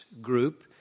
group